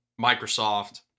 Microsoft